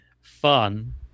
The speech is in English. fun